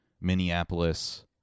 Minneapolis